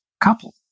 couple